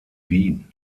wien